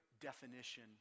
definition